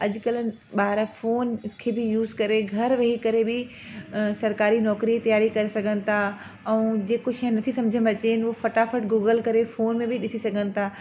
अॼु कल्ह ॿार फोन खे बि यूस करे घर वेही करे बि सरकारी नौकिरीअ ई तयारी करे सघनि था ऐं जे कुझु शइ नथी समुझ में अचेनि उहो फटाफटि गूगल करे फोन में बि ॾिसी सघनि था